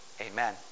Amen